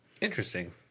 Interesting